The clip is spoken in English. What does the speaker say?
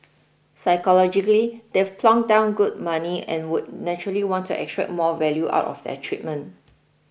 psychologically they've plonked down good money and would naturally want to extract more value out of their treatment